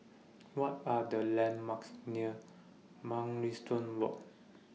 What Are The landmarks near Mugliston Walk